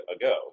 ago